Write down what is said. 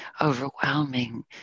overwhelming